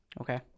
okay